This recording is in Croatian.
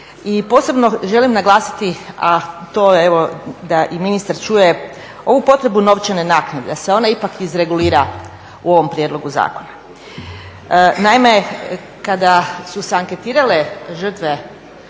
I posebno želim naglasiti, a to je evo da i ministar čuje ovu potrebu novčane naknade da se ona ipak izregulira u ovom prijedlogu zakona. Naime, kada su se anketirale žrtve,